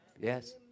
Yes